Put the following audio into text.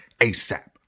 ASAP